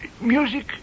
Music